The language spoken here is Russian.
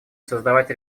создавать